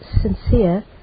sincere